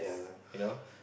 you know